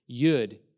Yud